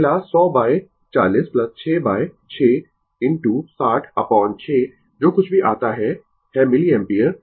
मिला 100 by 40 6 by 6 into 60 upon 6 जो कुछ भी आता है है मिलिएम्पियर